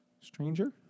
stranger